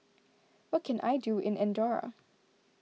what can I do in andorra